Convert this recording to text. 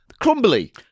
crumbly